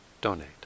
donate